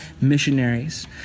missionaries